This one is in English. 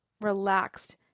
relaxed